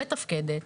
מתפקדת,